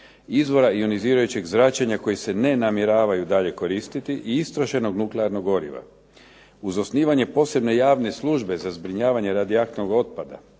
izvora ionizirajućeg zračenja koji se ne namjeravaju dalje koristiti i istrošenog nuklearnog goriva. Uz osnivanje posebne javne službe za zbrinjavanje radioaktivnog otpada